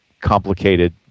complicated